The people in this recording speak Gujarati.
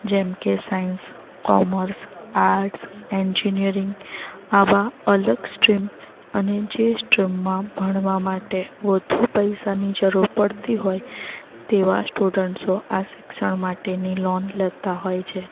જેમકે સાયન્સ કોમર્સ આર્ટ્સ એન્જીનીયરીંગ આવા અલગ સ્ટ્રીમ અને જે સ્ટ્રીમમાં ભણવા માટે વધુ પૈસાની જરૂર પડતી હોય તેવા સ્ટુડન્ટ્સો આ શિક્ષણ માટેની લોન લેતા હોય છે